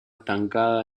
estancada